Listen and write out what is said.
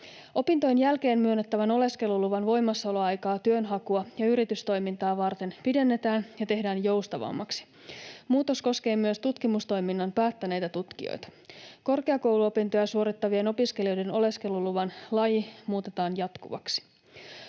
Opintojen jälkeen myönnettävän oleskeluluvan voimassaoloaikaa työnhakua ja yritystoimintaa varten pidennetään ja tehdään joustavammaksi. Muutos koskee myös tutkimustoiminnan päättäneitä tutkijoita. Korkeakouluopintoja suorittavien opiskelijoiden oleskeluluvan laji muutetaan jatkuvaksi.